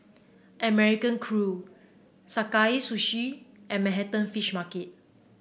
American Crew Sakae Sushi and Manhattan Fish Market